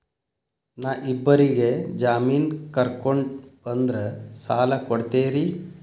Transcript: ನಾ ಇಬ್ಬರಿಗೆ ಜಾಮಿನ್ ಕರ್ಕೊಂಡ್ ಬಂದ್ರ ಸಾಲ ಕೊಡ್ತೇರಿ?